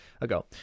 ago